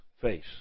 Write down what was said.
face